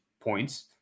points